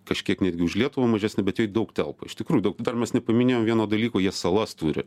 kažkiek netgi už lietuvą mažesnė bet joj daug telpa iš tikrųjų daug dar mes nepaminėjom vieno dalyko jie salas turi